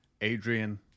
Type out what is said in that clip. Adrian